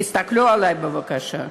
תסתכלו עלי, בבקשה.